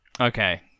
Okay